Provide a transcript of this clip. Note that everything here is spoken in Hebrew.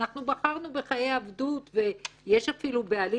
אנחנו בחרנו בחיי עבדות ויש אפילו בעלים